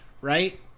right